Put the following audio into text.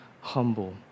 humble